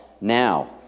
Now